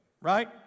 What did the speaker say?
right